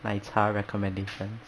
奶茶 recommendations